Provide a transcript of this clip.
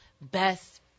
best